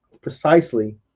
precisely